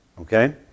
Okay